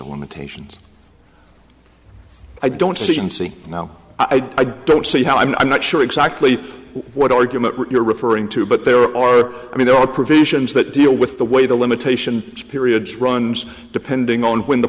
of limitations i don't even see now i don't see how i'm i'm not sure exactly what argument you're referring to but there are i mean there are provisions that deal with the way the limitation periods runs depending on when the